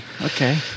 okay